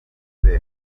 joseph